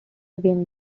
again